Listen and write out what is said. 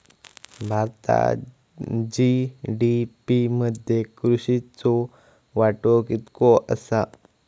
भारतात जी.डी.पी मध्ये कृषीचो वाटो कितको आसा?